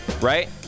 right